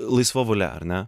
laisva valia ar ne